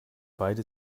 beide